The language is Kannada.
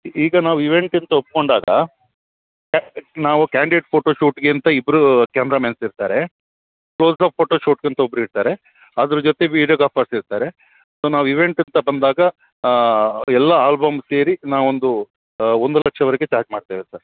ಈಗ ನಾವು ಈವೆಂಟ್ ಅಂತ ಒಪ್ಪಿಕೊಂಡಾಗ ನಾವು ಕ್ಯಾಂಡೀಡ್ ಫೋಟೋ ಶೂಟ್ಗೆ ಅಂತ ಇಬ್ಬರು ಕ್ಯಾಮ್ರಾಮೆನ್ಸ್ ಇರ್ತಾರೆ ಕ್ಲೋಸ್ಅಪ್ ಫೋಟೋ ಶೂಟ್ಗಂತ ಒಬ್ರು ಇರ್ತಾರೆ ಅದ್ರ ಜೊತೆ ವಿಡಿಯೋಗ್ರಾಫರ್ಸ್ ಇರ್ತಾರೆ ಸೊ ನಾವು ಈವೆಂಟ್ ಅಂತ ಬಂದಾಗ ಅವ್ರ ಎಲ್ಲ ಆಲ್ಬಮ್ ಸೇರಿ ನಾವೊಂದು ಒಂದು ಲಕ್ಷವರೆಗೆ ಚಾರ್ಜ್ ಮಾಡ್ತೇವೆ ಸರ್